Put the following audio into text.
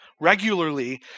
regularly